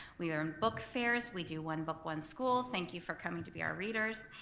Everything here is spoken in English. we are in book fairs, we do one book one school, thank you for coming to be our readers.